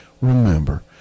Remember